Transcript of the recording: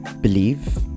believe